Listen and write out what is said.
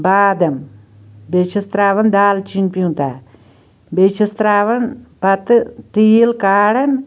بادام بیٚیہِ چھِس ترٛاوان دالچیٖن پیٛوٗنٛاہ بیٚیہِ چھِس ترٛاوان پَتہٕ تیٖل کاڑن